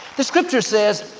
the scripture says,